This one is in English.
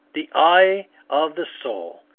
the eye of the soul.